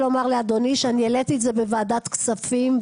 לומר לאדוני שאני העליתי את זה בוועדת כספים,